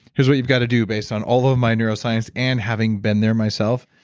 here's what you've got to do based on all of my neuroscience and having been there myself.